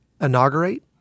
inaugurate